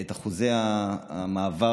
את אחוזי המעבר